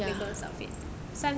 the girl's outfit